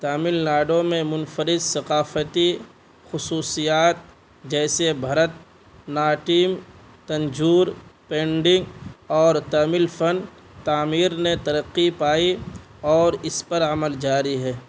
تامل ناڈو میں منفرد ثقافتی خصوصیات جیسے بھرت ناٹیم تنجور پینڈنگ اور تمل فن تعمیر نے ترقی پائی اور اس پر عمل جاری ہے